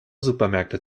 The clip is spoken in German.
supermärkte